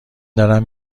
دارم